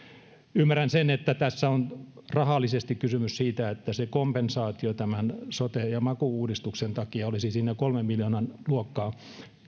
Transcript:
ymmärrän sen että tässä on rahallisesti kysymys siitä että se kompensaatio tämän sote ja maku uudistuksen takia olisi noin kolmen miljoonan luokkaa